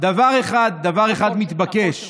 דבר אחד מתבקש והכרחי,